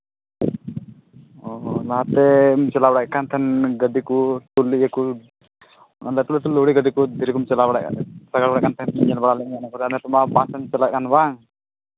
ᱚ ᱞᱟᱦᱟᱛᱮ ᱪᱟᱞᱟᱣ ᱵᱟᱲᱟᱭᱮᱫ ᱠᱟᱱ ᱛᱟᱦᱮᱱ ᱜᱟᱹᱰᱤ ᱠᱚ ᱢᱟᱱᱮ ᱞᱟᱹᱴᱩ ᱞᱟᱹᱴᱩ ᱞᱚᱨᱤ ᱜᱟᱹᱰᱤ ᱫᱷᱤᱨᱤ ᱠᱚᱢ ᱪᱟᱞᱟᱣ ᱵᱟᱲᱟᱭᱮᱫ ᱠᱟᱱ ᱛᱟᱦᱮᱱ ᱪᱟᱞᱟᱣ ᱵᱟᱲᱟᱭᱮᱫ ᱛᱟᱦᱮᱱ ᱧᱮᱞ ᱵᱟᱲᱟ ᱞᱮᱫ ᱢᱮᱭᱟ ᱚᱱᱟ ᱠᱚᱨᱮᱫ ᱪᱟᱞᱟᱜ ᱠᱟᱱ ᱛᱟᱦᱮᱱ ᱵᱟᱝ